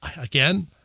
again